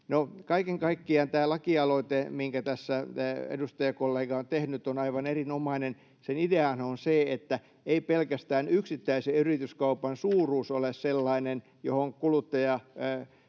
kaiken kaikkiaan tämä lakialoite, minkä tässä edustajakollega on tehnyt, on aivan erinomainen. Sen ideahan on se, että ei pelkästään yksittäisen yrityskaupan suuruus ole sellainen, johon kuluttaja-